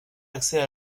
d’accès